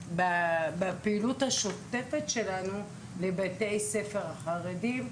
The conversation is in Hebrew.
בפעילות השוטפת שלנו אנחנו נכנסים לבתי הספר החרדיים.